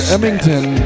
Emmington